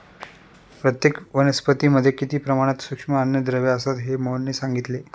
प्रत्येक वनस्पतीमध्ये किती प्रमाणात सूक्ष्म अन्नद्रव्ये असतात हे मोहनने सांगितले